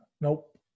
Nope